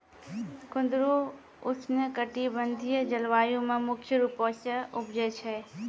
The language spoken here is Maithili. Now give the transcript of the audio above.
कुंदरु उष्णकटिबंधिय जलवायु मे मुख्य रूपो से उपजै छै